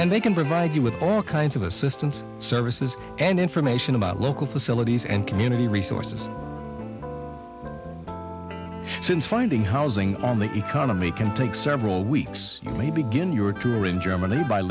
and they can provide you with all kinds of assistance so and information about local facilities and community resources since finding housing on the economy can take several weeks we begin your tour in germany by